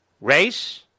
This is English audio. race